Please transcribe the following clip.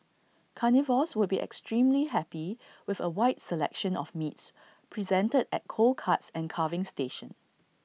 carnivores would be extremely happy with A wide selection of meats presented at cold cuts and carving station